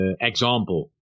example